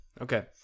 Okay